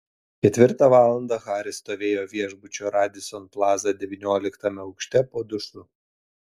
ketvirtą valandą haris stovėjo viešbučio radisson plaza devynioliktame aukšte po dušu